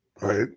Right